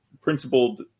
principled